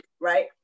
right